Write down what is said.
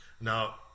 Now